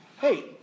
hey